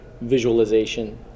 visualization